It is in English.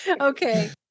Okay